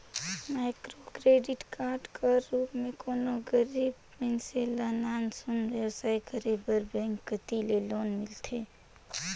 micro credit कर रूप में कोनो गरीब मइनसे ल नान सुन बेवसाय करे बर बेंक कती ले लोन मिलथे